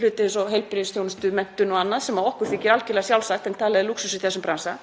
hluti eins og heilbrigðisþjónustu, menntun og annað sem okkur þykir algjörlega sjálfsagt en er talið lúxus í þessum bransa.